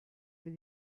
for